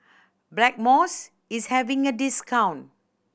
Blackmores is having a discount